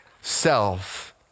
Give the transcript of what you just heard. Self